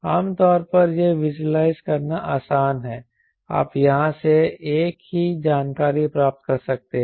आमतौर पर यह विज़ुअलाइज करना आसान है आप यहां से एक ही जानकारी प्राप्त कर सकते हैं